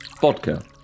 vodka